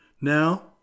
Now